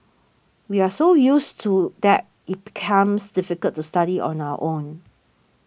we're so used to that it becomes difficult to study on our own